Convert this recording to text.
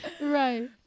right